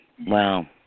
Wow